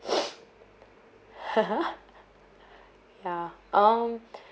ya um